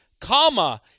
comma